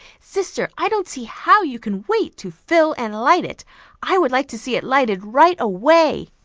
sister, i don't see how you can wait to fill and light it i would like to see it lighted right away.